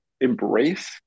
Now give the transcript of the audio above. embrace